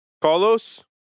Carlos